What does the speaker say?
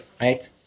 Right